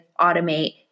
automate